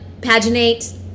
paginate